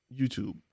YouTube